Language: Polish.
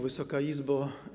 Wysoka Izbo!